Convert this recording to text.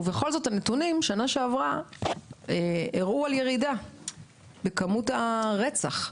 ובכל זאת הנתונים בשנה שעברה הראו על ירידה במספר מקרי הרצח.